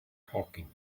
talking